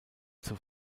zur